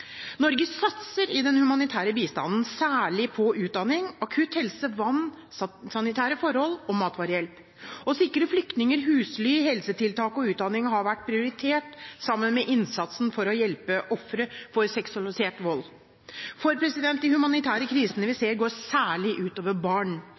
Norge satser i den humanitære bistanden, særlig når det gjelder utdanning, akutt helse, vann, sanitære forhold og matvarehjelp. Å sikre flyktninger husly, helsetiltak og utdanning har vært prioritert sammen med innsatsen for å hjelpe ofre for seksualisert vold. De humanitære krisene vi